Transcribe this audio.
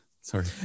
sorry